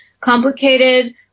complicated